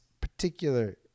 particular